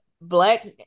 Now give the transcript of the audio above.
Black